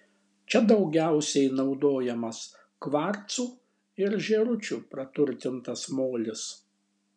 čia daugiausiai naudojamas kvarcu ir žėručiu praturtintas molis